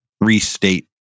restate